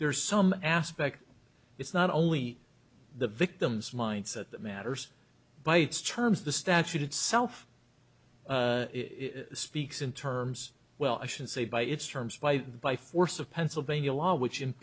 there's some aspect it's not only the victim's mindset that matters by its terms the statute itself speaks in terms well i should say by its terms by by force of pennsylvania law which i